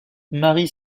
marie